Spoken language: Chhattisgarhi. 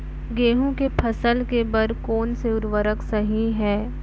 गेहूँ के फसल के बर कोन से उर्वरक सही है?